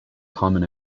common